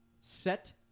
Set